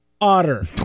Otter